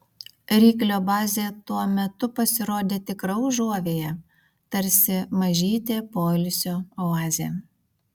ryklio bazė tuo metu pasirodė tikra užuovėja tarsi mažytė poilsio oazė